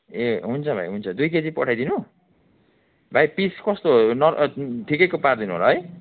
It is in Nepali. ए हुन्छ भाइ हुन्छ दुई केजी पठाइदिनु भाइ पिस कस्तो नर् ठिकैको पारदिनु होला है